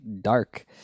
dark